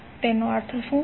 તેનો અર્થ શું છે